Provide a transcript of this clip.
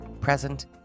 present